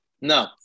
No